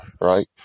right